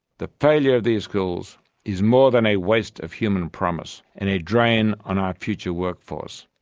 the failure of these schools is more than a waste of human promise, and a drain on our future workforce.